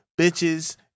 bitches